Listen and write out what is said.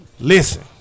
Listen